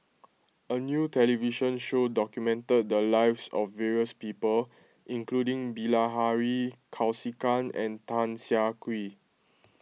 a new television show documented the lives of various people including Bilahari Kausikan and Tan Siah Kwee